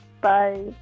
bye